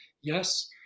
yes